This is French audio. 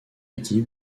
équipe